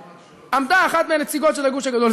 עמדה אחת מהנציגות של הגוש הגדול,